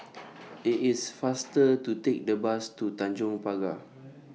IT IS faster to Take The Bus to Tanjong Pagar